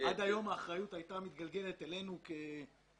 עד היום האחריות הייתה מתגלגלת עלינו כקבלנים.